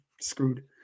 screwed